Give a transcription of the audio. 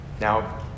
Now